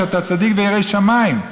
שאתה צדיק וירא שמיים,